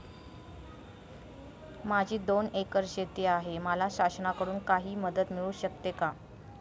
माझी दोन एकर शेती आहे, मला शासनाकडून काही मदत मिळू शकते का?